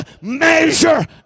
measure